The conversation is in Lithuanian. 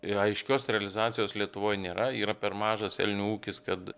ir aiškios realizacijos lietuvoj nėra yra per mažas elnių ūkis kad